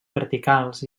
verticals